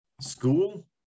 school